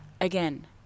again